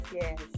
yes